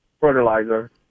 fertilizer